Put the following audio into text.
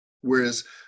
Whereas